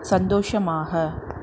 சந்தோஷமாக